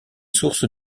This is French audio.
sources